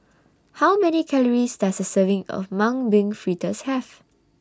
How Many Calories Does A Serving of Mung Bean Fritters Have